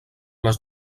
les